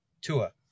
Tua